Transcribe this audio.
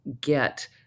get